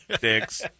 dicks